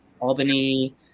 Albany